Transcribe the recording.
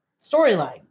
storyline